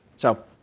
so,